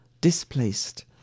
displaced